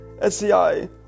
SCI